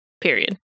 Period